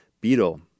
beetle